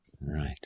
Right